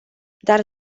dar